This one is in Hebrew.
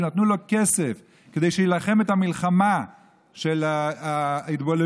שנתנו לו כסף כדי שיילחם את המלחמה של ההתבוללות,